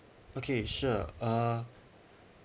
okay sure uh